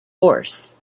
horse